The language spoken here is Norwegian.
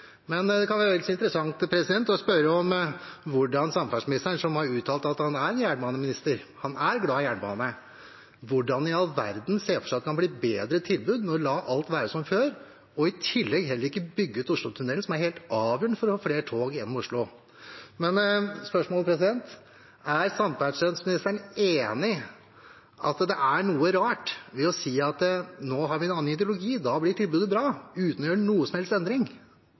Men det kan være vel så interessant å spørre hvordan i all verden samferdselsministeren, som har uttalt at han er jernbaneminister – han er glad i jernbane – ser for seg at det kan bli et bedre tilbud ved å la alt være som før og heller ikke bygge ut Oslotunnelen, som er helt avgjørende for å ha flere tog gjennom Oslo. Er samferdselsministeren enig i at det er noe rart ved å si at man nå har en annen ideologi og da blir tilbudet bra, uten å gjøre noen som helst endring?